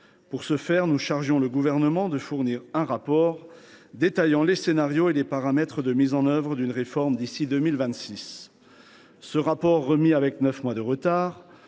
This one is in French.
Pour ce faire, nous avons chargé le Gouvernement de nous fournir un rapport détaillant les scénarios et les paramètres de mise en œuvre d’une réforme d’ici 2026. Ce rapport, remis avec neuf mois de retard,